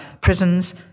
prisons